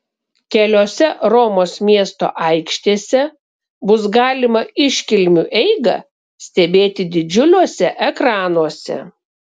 keliose romos miesto aikštėse bus galima iškilmių eigą stebėti didžiuliuose ekranuose